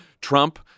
Trump